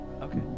Okay